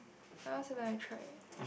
what else haven't I tried